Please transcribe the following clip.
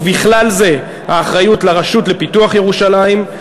ובכלל זה האחריות לרשות לפיתוח ירושלים,